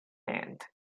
hand